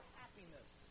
happiness